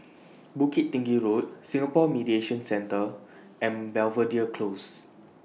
Bukit Tinggi Road Singapore Mediation Centre and Belvedere Closes